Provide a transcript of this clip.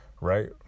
right